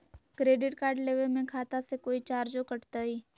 Credit card लेवे में खाता से कोई चार्जो कटतई?